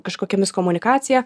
kažkokiomis komunikacija